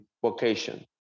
vocation